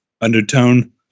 undertone